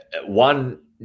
one